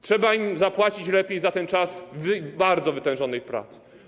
Trzeba im zapłacić lepiej za ten czas bardzo wytężonej pracy.